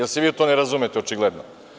Ili se vi u to ne razumete, očigledno?